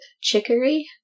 Chicory